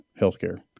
healthcare